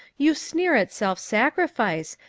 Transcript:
you sneer at self-sacrifice,